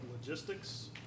logistics